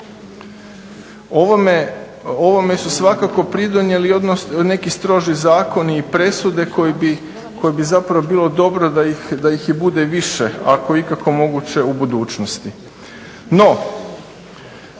Ovome su svakako pridonijeli neki stroži zakoni i presude koji bi zapravo bilo dobro da ih bude i više ako je ikako moguće u budućnosti.